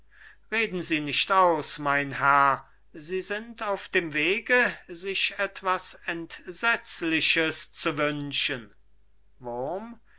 reden sie nicht aus mein herr sie sind auf dem wege sich etwas entsetzliches zu wünschen wurm